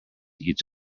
each